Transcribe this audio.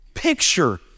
Picture